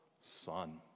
son